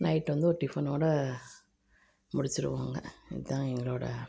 night வந்து ஒரு டிஃபனோடு முடிச்சிடுவோங்க இதுதான் எங்களோடய